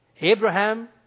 Abraham